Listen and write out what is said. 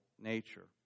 nature